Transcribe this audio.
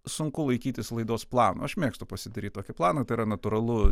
sunku laikytis laidos plano aš mėgstu pasidaryt tokį planą tai yra natūralu